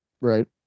Right